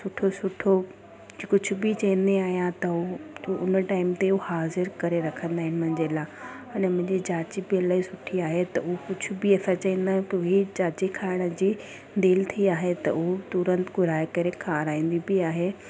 सुठो सुठो कुझु बि चवंदी आहियां त उहो उन टाइम ते उहा हाज़िर करे रखंदा आहिनि मुंहिंजे लाइ अना मुंहिंजी चाची इलाही सुठी आहे त उ कुझु बि असां चवंदा आहियूं की इहा चाची खाइण जी दिलि थी आहे त उहा तुरंत घुराए करे खाराईंदी बि आहे